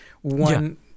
one